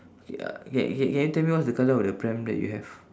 okay uh ca~ ca~ can you tell me what's the colour of the pram that you have